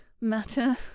matter